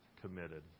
committed